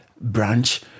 branch